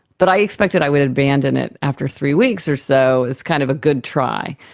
but i expected i would abandon it after three weeks or so as kind of a good try.